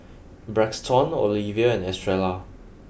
Braxton Olevia and Estrella